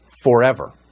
forever